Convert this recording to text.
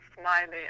smiley